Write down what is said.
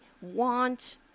want